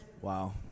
Wow